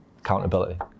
Accountability